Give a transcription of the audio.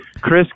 chris